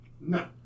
No